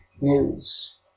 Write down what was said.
news